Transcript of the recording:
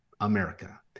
America